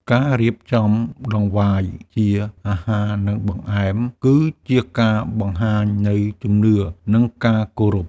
ការរៀបចំដង្វាយជាអាហារ និងបង្អែម គឺជាការបង្ហាញនូវជំនឿ និងការគោរព។